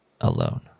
alone